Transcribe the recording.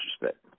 respect